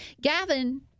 Gavin